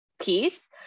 piece